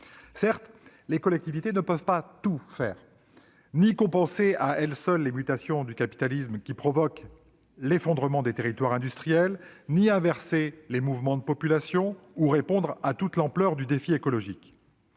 Certes, les collectivités territoriales ne peuvent pas tout faire, ni compenser à elles seules les mutations du capitalisme qui provoquent l'effondrement des territoires industriels, ni inverser les mouvements de populations, ni répondre à toute l'ampleur du défi écologique.